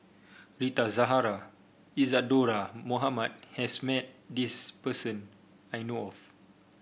Rita Zahara Isadhora Mohamed has met this person I know of